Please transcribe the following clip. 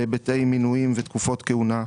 להיבטי מינויים ותקופות כהונה,